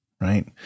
right